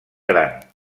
gran